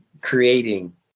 creating